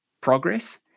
progress